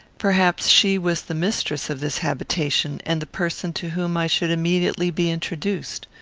perhaps she was the mistress of this habitation, and the person to whom i should immediately be introduced.